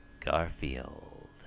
Garfield